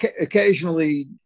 occasionally